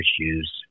issues